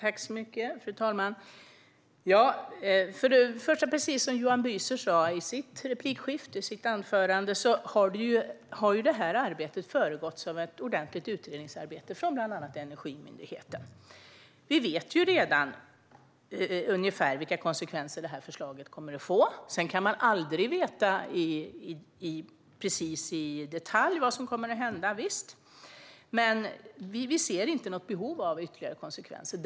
Fru talman! Som Johan Büser sa i sitt anförande har detta arbete föregåtts av ett ordentligt utredningsarbete av bland andra Energimyndigheten. Vi vet redan ungefär vilka konsekvenser detta förslag kommer att få. Sedan kan man aldrig veta precis i detalj vad som kommer att hända. Visst är det så. Men vi ser inget behov av ytterligare konsekvensanalyser.